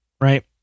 right